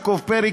יעקב פרי,